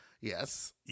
Yes